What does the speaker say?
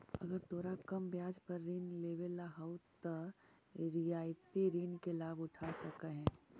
अगर तोरा कम ब्याज पर ऋण लेवेला हउ त रियायती ऋण के लाभ उठा सकऽ हें